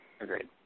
Agreed